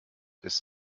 ist